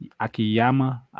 Akiyama